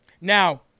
Now